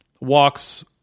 walks